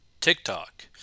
TikTok